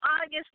August